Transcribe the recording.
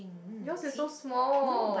yours is so small